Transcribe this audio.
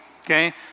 okay